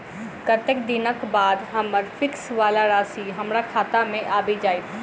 कत्तेक दिनक बाद हम्मर फिक्स वला राशि हमरा खाता मे आबि जैत?